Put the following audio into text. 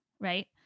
right